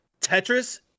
Tetris